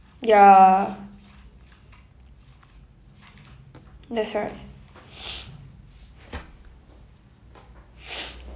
ya that's right